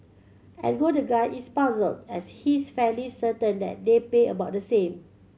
ergo the guy is puzzled as he's fairly certain that they pay about the same